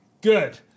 Good